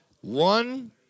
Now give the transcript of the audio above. one